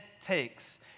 takes